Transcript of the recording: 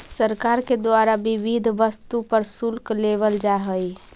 सरकार के द्वारा विविध वस्तु पर शुल्क लेवल जा हई